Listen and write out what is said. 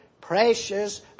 precious